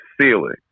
ceiling